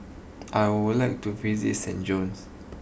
I would like to visit San Jose